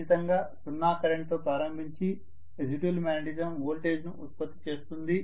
ఖచ్చితంగా సున్నా కరెంట్తో ప్రారంభించి రెసిడ్యుయల్ మాగ్నెటిజం వోల్టేజ్ను ఉత్పత్తి చేస్తుంది